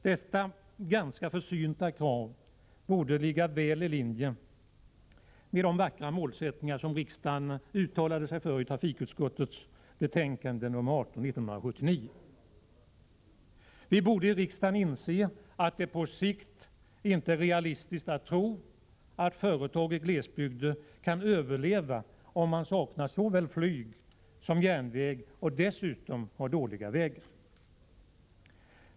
Detta ganska försynta krav borde ligga väl i linje med de vackra målsättningar som riksdagen uttalade sig för i trafikutskottets betänkande nr 18 1979. Vi i riksdagen borde inse att det på sikt inte är realistiskt att tro att företag i glesbygder kan överleva om man saknar såväl flyg som järnväg och dessutom har dåliga vägar.